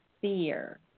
fear